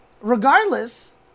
regardless